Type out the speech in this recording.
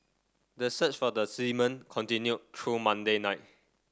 the search for the seamen continued through Monday night